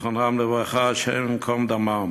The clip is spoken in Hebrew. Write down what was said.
זיכרונם לברכה, השם ייקום דמם,